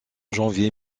janvier